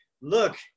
look